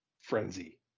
frenzy